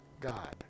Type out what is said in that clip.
God